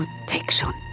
protection